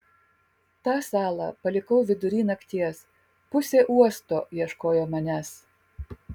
tą salą palikau vidury nakties pusė uosto ieškojo manęs